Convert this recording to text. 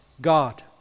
God